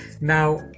now